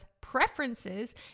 preferences